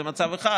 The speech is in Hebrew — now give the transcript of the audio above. זה מצב אחד,